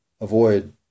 avoid